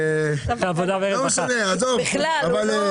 אני באמת לא מבין.